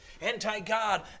Anti-God